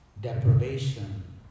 deprivation